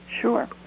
Sure